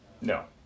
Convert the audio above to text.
No